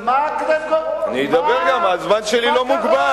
אבל שידבר על הממשלה,